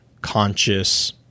conscious